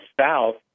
south